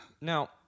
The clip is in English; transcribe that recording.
Now